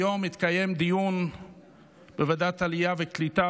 היום התקיים דיון בוועדת העלייה והקליטה